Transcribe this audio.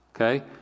okay